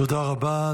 תודה רבה.